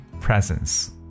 presence